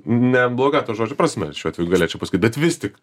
nebloga to žodžio prasme šiuo atveju galėčiau pasakyt bet vis tik